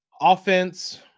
Offense